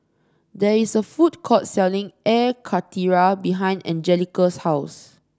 there is a food court selling Air Karthira behind Angelica's house